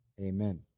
amen